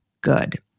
good